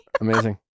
Amazing